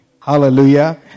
hallelujah